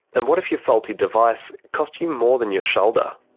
and what if your faulty device cost you more than your shoulder?